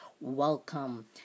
welcome